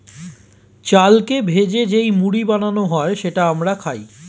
চালকে ভেজে যেই মুড়ি বানানো হয় সেটা আমরা খাই